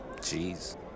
Jeez